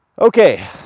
Okay